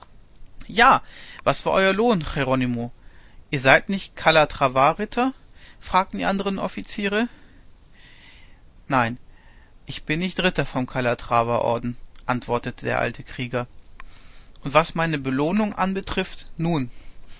ja was war euer lohn jeronimo ihr seid nicht calatravaritter fragten die andern offiziere nein ich bin nicht ritter vom calatravaorden antwortete der alte krieger und was meine belohnung anbetrifft nun